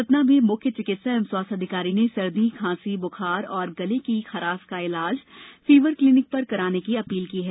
सतना में मुख्य चिकित्सा एवं स्वास्थ्य अधिकारी ने सर्दी खांसी बुखार तथा गले की खरास का इलाज फीवर क्लीनिक पर कराने की अपील की है